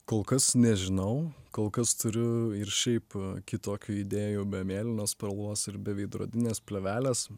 kol kas nežinau kol kas turiu ir šiaip kitokių idėjų be mėlynos spalvos ir be veidrodinės plėvelės